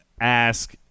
ask